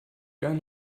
gern